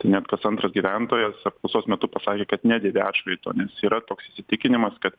tai net kas antras gyventojas apklausos metu pasakė kad nedėvi atšvaito nes yra toks įsitikinimas kad